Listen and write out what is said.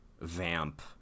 vamp